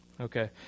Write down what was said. Okay